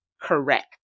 correct